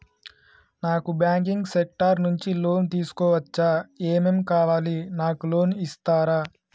నాకు banking sector నుంచి loan తీసుకోవచ్చా? ఏమేం కావాలి? నాకు లోన్ ఇస్తారా?